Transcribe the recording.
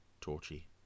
torchy